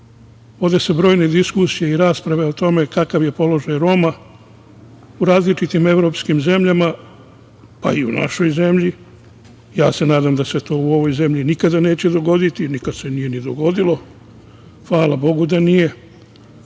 vode se brojne diskusije i rasprave o tome kakav je položaj Roma u različitim evropskim zemljama, pa i u našoj zemlji. Ja se nadam da se to u ovoj zemlji nikada neće dogoditi, nikad se nije ni dogodilo, hvala bogu da nije.